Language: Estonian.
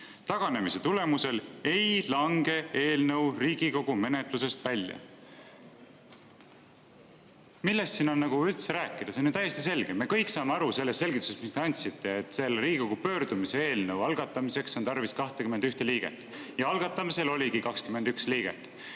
Taganemise tulemusel ei lange eelnõu Riigikogu menetlusest välja."Millest siin on üldse rääkida? See on ju täiesti selge. Me kõik saame aru sellest selgitusest, mis te andsite, et selle Riigikogu pöördumise eelnõu algatamiseks on tarvis 21 liiget. Ja algatamisel oligi 21 liiget.